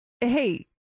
Hey